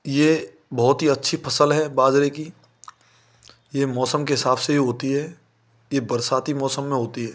ये बहोत ही अच्छी फसल है बाजरे की ये मौसम के हिसाब से होती है ये बरसाती मौसम में होती है